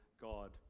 God